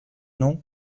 nom